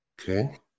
Okay